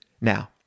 Now